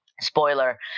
Spoiler